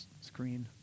screen